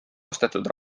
ostetud